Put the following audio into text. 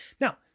Now